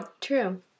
True